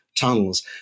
tunnels